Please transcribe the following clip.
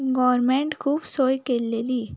government खूब सोय केल्लेली